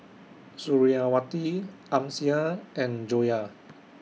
Suriawati Amsyar and Joyah